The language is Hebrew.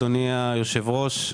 אדוני היושב-ראש,